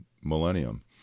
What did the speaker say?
millennium